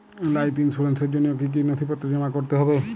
Life ইন্সুরেন্সর জন্য জন্য কি কি নথিপত্র জমা করতে হবে?